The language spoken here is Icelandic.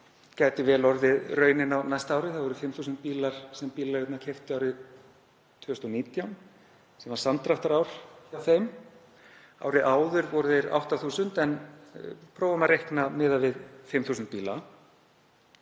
gæti vel orðið raunin á næsta ári. Það voru 5.000 bílar sem bílaleigurnar keyptu árið 2019, sem var samdráttarár hjá þeim. Árið áður voru þeir 8.000 en prófum að reikna miðað við 5.000 bíla.